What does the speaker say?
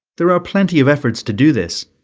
there are plenty of efforts to do this,